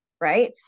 right